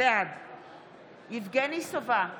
בעד יבגני סובה,